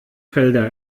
felder